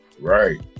Right